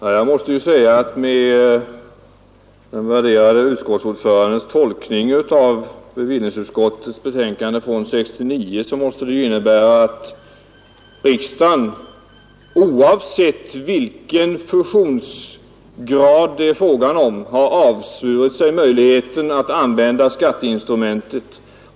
Herr talman! Den värderade utskottsordförandens tolkning av bevillningsutskottets betänkande från 1969 måste innebära att riksdagen, oavsett vilken fusionsgrad det är fråga om, har avsvurit sig möjligheten att använda skatteinstrumentet.